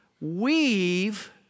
weave